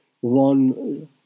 one